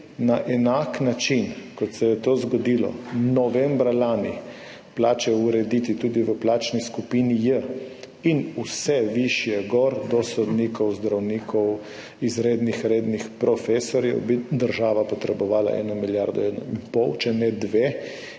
na enak način, kot se je to zgodilo novembra lani, plače urediti tudi v plačni skupini J in vse višje gor do sodnikov, zdravnikov, izrednih, rednih profesorjev, bi država potrebovala 1 milijardo in pol, če ne 2